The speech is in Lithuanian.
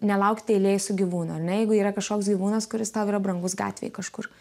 nelaukti eilėje su gyvūnu ar ne jeigu yra kažkoks gyvūnas kuris tau yra brangus gatvėje kažkur